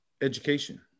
education